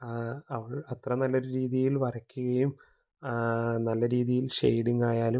അവൾ അത്ര നല്ലൊരു രീതിയിൽ വരയ്ക്കുകയും നല്ല രീതിയിൽ ഷേഡിങ്ങായാലും